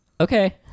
Okay